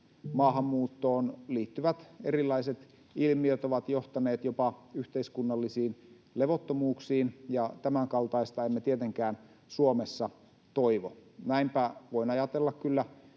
Maahanmuuttoon liittyvät erilaiset ilmiöt ovat johtaneet jopa yhteiskunnallisiin levottomuuksiin, ja tämän kaltaista emme tietenkään Suomessa toivo. Näinpä voin ajatella kyllä